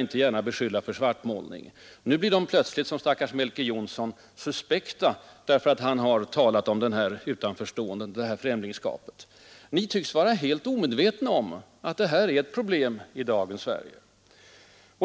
inte gärna kan beskyllas för svartmålning. Men nu blir de plötsligt som den stackars Melker Johnsson suspekta därför att de som han har talat om detta utanförstående och detta främlingskap. Ni tycks vara helt omedvetna om att detta är ett vanligt problem i dagens Sverige.